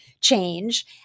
change